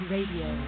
Radio